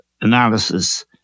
analysis